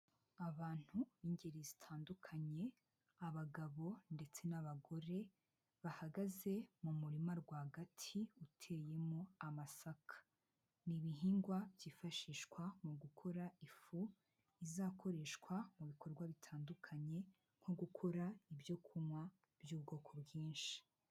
Abantu bingeri zitandukanye, abagabo ndetse n'abagore bahagaze mu murima rwagati uteyemo amasaka, ni ibihingwa byifashishwa mu gukora ifu izakoreshwa mu bikorwa bitandukanye nko gukora ibyo kunywa by'ubwoko bwinshi.